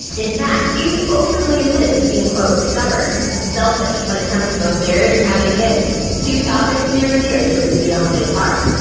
in fact, he's openly admitted to being, quote, stubborn and selfish when it comes to both marriage and having kids, two topics near and dear to his fiance's heart.